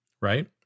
right